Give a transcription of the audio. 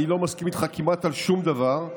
אני לא מסכים איתך כמעט על שום דבר,